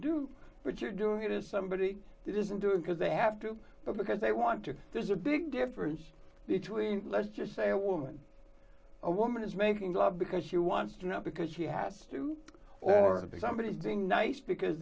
but you're doing it is somebody that isn't doing because they have to but because they want to there's a big difference between let's just say a woman a woman is making love because she wants to not because she has to or somebody is being nice because